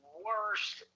worst